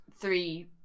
three